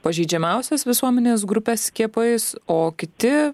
pažeidžiamiausias visuomenės grupes skiepais o kiti